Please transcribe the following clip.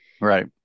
Right